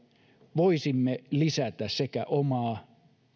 voisimme lisätä sekä omaa hyvinvointiamme